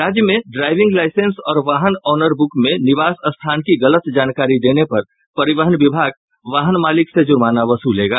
राज्य में driving licence और वाहन ऑनर बुक में निवास स्थान की गलत जानकारी देने पर परिवहन विभाग वाहन मालिक से जुर्माना वसूलेगा